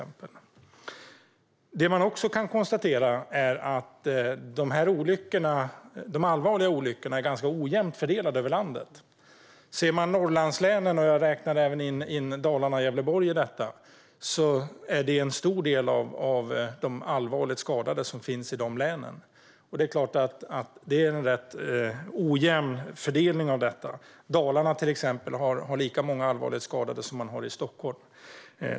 Man kan konstatera att de allvarliga olyckorna är ganska ojämnt fördelade över landet. Man kan se på Norrlandslänen - dit räknar jag även Dalarna och Gävleborg. En stor del av de allvarligt skadade finns i de länen. Det är klart att det är en rätt ojämn fördelning av detta. I Dalarna har man lika många allvarligt skadade som man har i Stockholm.